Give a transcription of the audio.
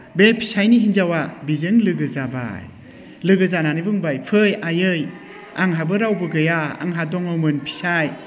बे फिसायनि हिनजावआ बिजों लोगो जाबाय लोगो जानानै बुंबाय फै आइयै आंहाबो रावबो गैया आंहा दङमोन फिसाय